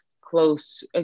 close